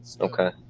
Okay